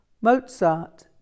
Mozart